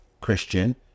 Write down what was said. Christian